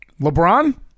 LeBron